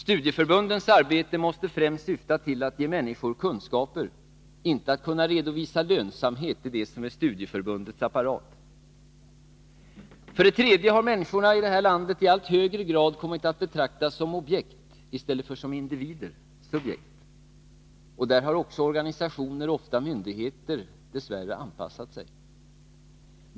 Studieförbundens arbete måste främst syfta till att ge människor kunskaper, inte till lönsamhet i det som är studieförbundens apparat. För det tredje har medborgarna i allt högre grad kommit att betraktas som objekt, i stället för som individer, subjekt, och här har också organisationer och myndigheter ofta dess värre anpassat sig.